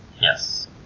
Yes